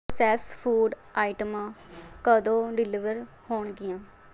process food ਆਈਟਮਾਂ ਕਦੋਂ deliver ਹੋਣਗੀਆਂ